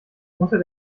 unter